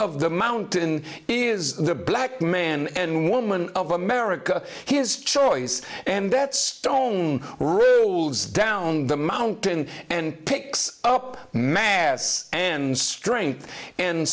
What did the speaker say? of the mountain is the black man and woman of america his choice and that's stone rules down the mountain and picks up mass and strength and